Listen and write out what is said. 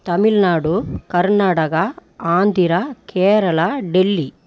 Tamil Nadu Karnataka Andhra Kerala Delhi